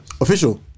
Official